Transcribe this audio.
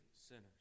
sinners